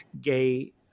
gay